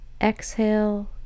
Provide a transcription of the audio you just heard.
Exhale